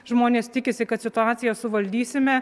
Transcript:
žmonės tikisi kad situaciją suvaldysime